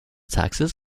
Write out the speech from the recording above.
taxes